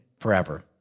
forever